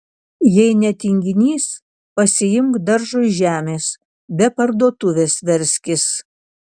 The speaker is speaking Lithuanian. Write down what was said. jei ne tinginys pasiimk daržui žemės be parduotuvės verskis